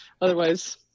otherwise